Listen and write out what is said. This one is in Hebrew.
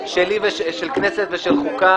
אחמד טיבי חבר ועדה.